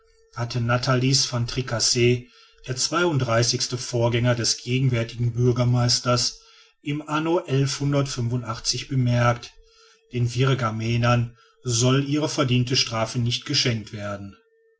hatte natalis van tricasse der zweiunddreißigste vorgänger des gegenwärtigen bürgermeisters im anno bemerkt den virgamenern soll ihre verdiente strafe nicht geschenkt werden